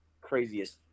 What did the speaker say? craziest